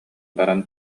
баран